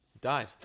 died